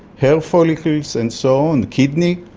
hair follicles and so on, the kidney.